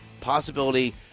possibility